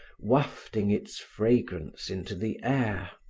wafting its fragrance into the air.